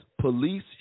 police